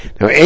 Now